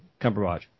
Cumberbatch